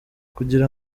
kugira